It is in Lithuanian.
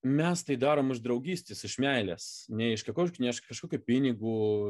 mes tai darom iš draugystės iš meilės ne iš kažkokio ne iš kažkokių pinigų